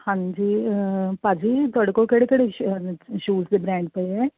ਹਾਂਜੀ ਭਾਅ ਜੀ ਤੁਹਾਡੇ ਕੋਲ ਕਿਹੜੇ ਕਿਹੜੇ ਸ਼ੂਜ ਦੇ ਬ੍ਰਾਂਡ ਪਏ ਐ